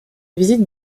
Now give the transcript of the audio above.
visite